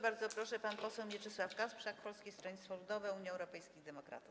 Bardzo proszę, pan poseł Mieczysław Kasprzak, Polskie Stronnictwo Ludowe - Unia Europejskich Demokratów.